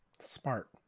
smart